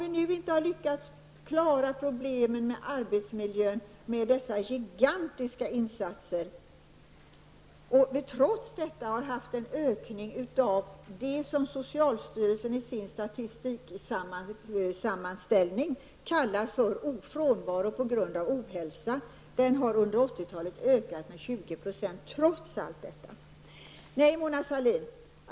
Vi har inte lyckats klara arbetsmiljöproblemen med dessa gigantiska insatser, utan trots dessa har det skett en ökning av det som socialstyrelsen i sin statistiksammanställning kallar för ''frånvaro på grund av ohälsa''. Den frånvaron har under 1980 talet ökat med 20 % trots allt detta.